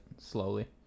Slowly